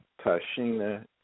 Tashina